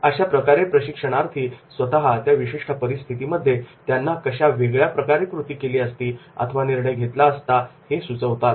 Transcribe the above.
' अशाप्रकारे प्रशिक्षणार्थी स्वतः त्या विशिष्ट परिस्थितीमध्ये त्यांनी कशा वेगळ्या प्रकारे कृती केली असती अथवा निर्णय घेतला असता हे सुचवतात